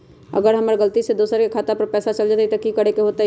अगर गलती से दोसर के खाता में पैसा चल जताय त की करे के होतय?